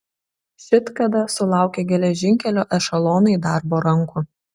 šit kada sulaukė geležinkelio ešelonai darbo rankų